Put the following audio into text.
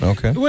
Okay